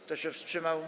Kto się wstrzymał?